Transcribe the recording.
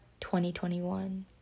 2021